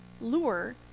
lure